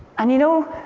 and you know,